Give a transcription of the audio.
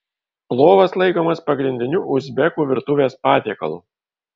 plovas laikomas pagrindiniu uzbekų virtuvės patiekalu